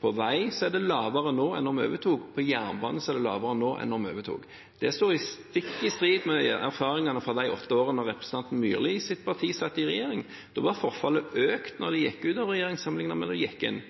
På vei er det lavere nå enn da vi overtok, og på jernbanen er det lavere nå enn da vi overtok. Det står stikk i strid med erfaringene fra de åtte årene representanten Myrlis parti satt i regjering. Da hadde forfallet økt da de gikk ut av regjering, sammenlignet med da de gikk inn.